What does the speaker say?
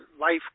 life